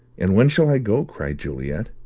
and when shall i go? cried juliet.